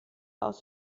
aus